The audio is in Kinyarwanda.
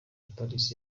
paris